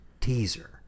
teaser